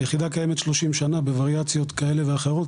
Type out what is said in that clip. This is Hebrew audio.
היחידה קיימת 30 שנה בווריאציות כאלה ואחרות,